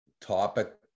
topic